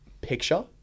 picture